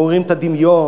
מעוררים את הדמיון.